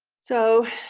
so,